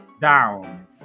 down